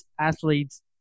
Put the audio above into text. athletes